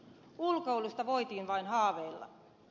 ulkoilusta voitiin vain haaveilla